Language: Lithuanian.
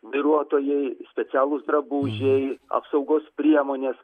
vairuotojai specialūs drabužiai apsaugos priemonės